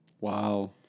Wow